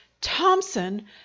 Thompson